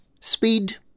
speed